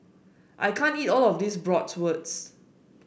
I can't eat all of this Bratwurst